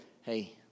hey